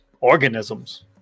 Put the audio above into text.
organisms